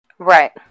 Right